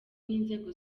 n’inzego